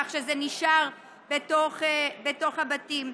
כך שזה נשאר בתוך הבתים.